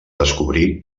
descobrir